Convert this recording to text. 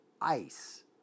ice